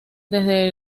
desde